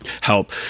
help